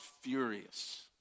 furious